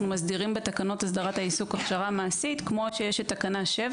מסדירים בתקנות הסדרת העיסוק הכשרה מעשית כמו שיש תקנה 7